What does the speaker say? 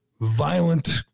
violent